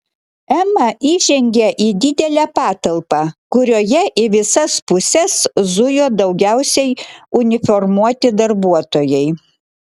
ema įžengė į didelę patalpą kurioje į visas puses zujo daugiausiai uniformuoti darbuotojai